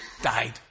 died